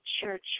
church